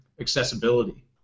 accessibility